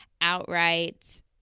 outright